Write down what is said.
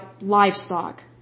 livestock